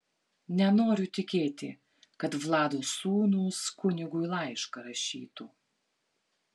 nenoriu tikėti kad vlado sūnūs kunigui laišką rašytų